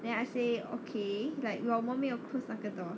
then I say okay like 我们没有 close 那个 door